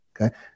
okay